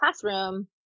classroom